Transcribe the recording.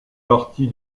partie